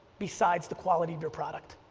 besides the quality of your product.